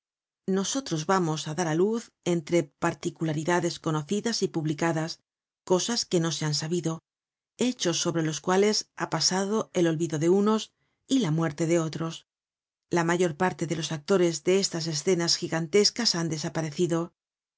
nosotros vamos á dar á luz entre particularidades conocidas y publicadas cosas que no se han sabido hechos sobre los cuales ha pasado el olvido de unos y la muerte de otros la mayor parte de los actores de estas escenas gigantescas han desaparecido